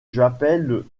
j’appelle